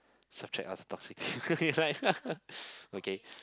such a okay